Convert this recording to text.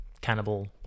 Cannibal